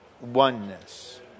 oneness